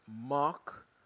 Mark